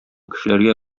кешеләргә